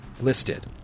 listed